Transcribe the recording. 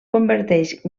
converteix